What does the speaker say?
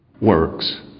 works